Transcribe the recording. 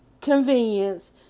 convenience